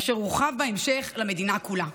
אשר הורחב בהמשך למדינה כולה.